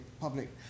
public